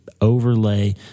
overlay